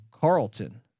Carlton